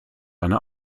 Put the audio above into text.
eine